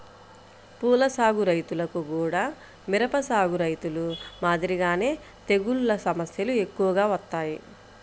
పూల సాగు రైతులకు గూడా మిరప సాగు రైతులు మాదిరిగానే తెగుల్ల సమస్యలు ఎక్కువగా వత్తాయి